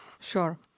Sure